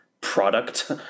product